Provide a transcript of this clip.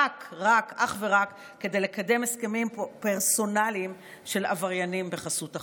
אך ורק כדי לקדם הסכמים פרסונליים של עבריינים בחסות החוק.